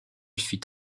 fut